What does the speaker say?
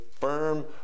firm